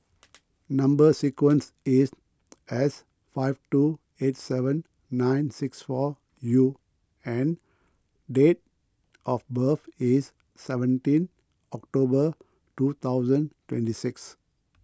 Number Sequence is S five two eight seven nine six four U and date of birth is seventeen October two thousand twenty six